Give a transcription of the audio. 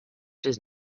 chaise